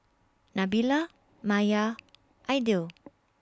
Nabila Maya Aidil